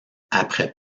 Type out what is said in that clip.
après